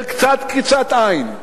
של קצת קריצת עין,